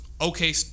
okay